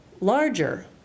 larger